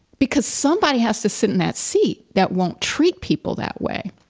because somebody has to sit in that seat that won't treat people that way.